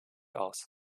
aus